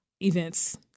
events